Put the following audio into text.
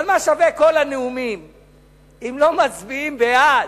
אבל מה שווים כל הנאומים אם לא מצביעים בעד?